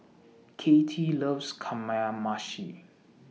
Kattie loves Kamameshi